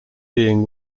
being